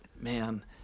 Man